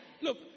Look